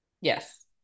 yes